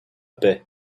paix